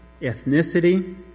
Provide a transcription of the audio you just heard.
ethnicity